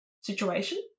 situation